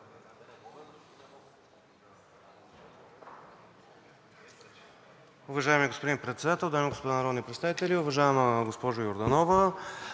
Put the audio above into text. Уважаеми господин Председател, дами и господа народни представители! Уважаема госпожо Йорданова,